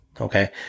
okay